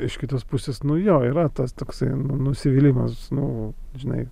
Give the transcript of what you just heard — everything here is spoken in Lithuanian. iš kitos pusės nu jo yra tas toksai nu nusivylimas nu žinai